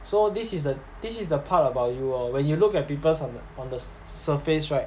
so this is the this is the part about you lor when you look at people on the on the surface right